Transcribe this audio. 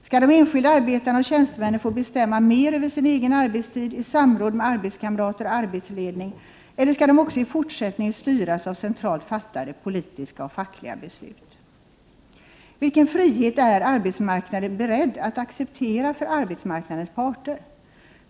Skall de enskilda arbetarna och tjänstemännen få bestämma mer över sin arbetstid i samråd med arbetskamrater och arbetsledning, eller skall de också i fortsättningen styras av centralt fattade politiska och fackliga beslut? 5. Vilken frihet är arbetsmarknadsministern beredd att acceptera för arbetsmarknadens parter?